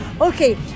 Okay